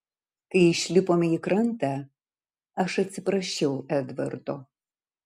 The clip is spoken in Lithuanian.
kai išlipome į krantą aš atsiprašiau edvardo